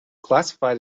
classified